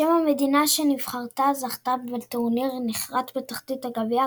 שם המדינה שנבחרתה זכתה בטורניר נחרט בתחתית הגביע,